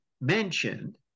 mentioned